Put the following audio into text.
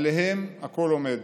עליהם הכול עומד.